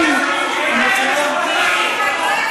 לא לא לא, זה לא חוקי.